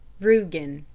rugen.